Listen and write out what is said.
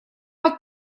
под